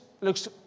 looks